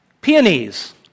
Peonies